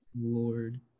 Lord